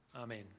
Amen